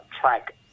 track